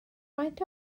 faint